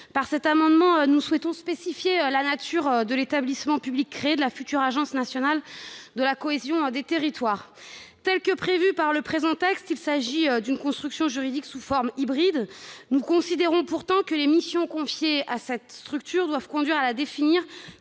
Par cet amendement, nous souhaitons spécifier la nature du futur établissement public créé, l'agence nationale de la cohésion des territoires. Aux termes de ce texte, il s'agit d'une construction juridique sous forme hybride. Nous considérons pourtant que les missions confiées à cette structure doivent conduire à la définir